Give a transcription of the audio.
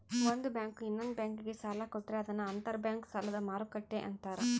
ಒಂದು ಬ್ಯಾಂಕು ಇನ್ನೊಂದ್ ಬ್ಯಾಂಕಿಗೆ ಸಾಲ ಕೊಟ್ರೆ ಅದನ್ನ ಅಂತರ್ ಬ್ಯಾಂಕ್ ಸಾಲದ ಮರುಕ್ಕಟ್ಟೆ ಅಂತಾರೆ